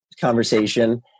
conversation